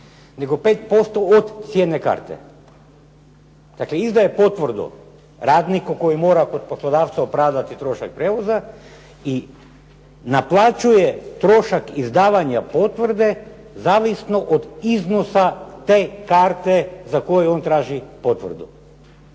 nego 5% od cijene karte. Dakle, izdaje potvrdu radniku koji mora kod poslodavca opravdati trošak prijevoza i naplaćuje trošak izdavanja potvrde zavisno od iznosa te karte za koju on traži potvrdu.